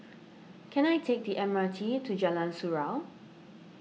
can I take the M R T to Jalan Surau